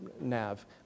nav